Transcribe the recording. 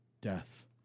death